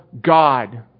God